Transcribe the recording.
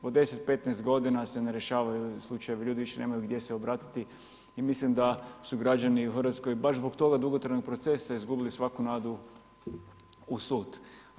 Po 10, 15 godina se ne rješavaju slučajevi, ljudi više nemaju gdje se obratiti i mislim da su građani u Hrvatskoj baš zbog toga dugotrajnog procesa izgubili svaku nadu u sud.